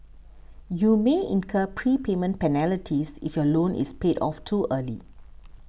you may incur prepayment penalties if your loan is paid off too early